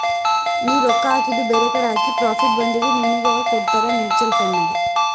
ನೀ ರೊಕ್ಕಾ ಹಾಕಿದು ಬೇರೆಕಡಿ ಹಾಕಿ ಪ್ರಾಫಿಟ್ ಬಂದಿದು ನಿನ್ನುಗ್ ಕೊಡ್ತಾರ ಮೂಚುವಲ್ ಫಂಡ್ ನಾಗ್